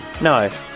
No